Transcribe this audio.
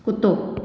कुतो